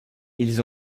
ils